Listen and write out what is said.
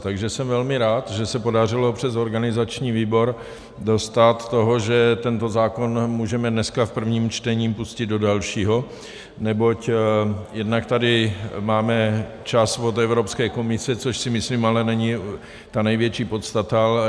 Takže jsem velmi rád, že se podařilo přes organizační výbor dostát toho, že tento zákon můžeme dneska v prvním čtení pustit do dalšího, neboť jednak tady máme čas od Evropské komise, což si myslím, ale není ta největší podstata.